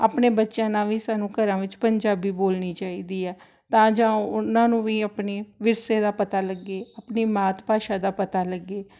ਆਪਣੇ ਬੱਚਿਆਂ ਨਾਲ ਵੀ ਸਾਨੂੰ ਘਰਾਂ ਵਿੱਚ ਪੰਜਾਬੀ ਬੋਲਣੀ ਚਾਹੀਦੀ ਆ ਤਾਂ ਜਾਂ ਉਹਨਾਂ ਨੂੰ ਵੀ ਆਪਣੇ ਵਿਰਸੇ ਦਾ ਪਤਾ ਲੱਗੇ ਆਪਣੀ ਮਾਤ ਭਾਸ਼ਾ ਦਾ ਪਤਾ ਲੱਗੇ